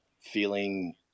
feeling